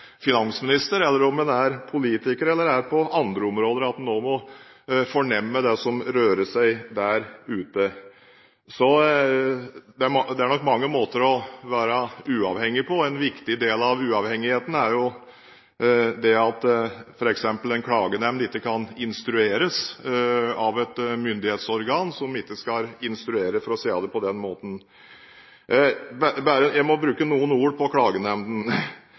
finansminister, politiker eller befinner seg på andre områder, at en også må fornemme det som rører seg der ute. Så det er nok mange måter å være uavhengig på. En viktig del av uavhengigheten er jo det at f.eks. en klagenemnd ikke kan instrueres av et myndighetsorgan som ikke skal instruere, for å si det på den måten. Jeg må bruke noen ord på